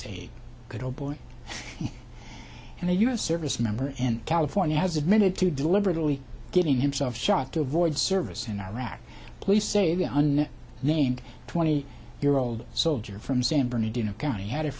say good old boy and a u s service member in california has admitted to deliberately getting himself shot to avoid service in iraq police say go on named twenty year old soldier from san bernardino county had